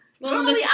Normally